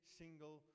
single